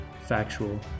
factual